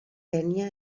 kenya